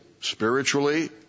spiritually